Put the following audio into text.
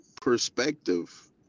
perspective